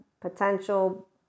potential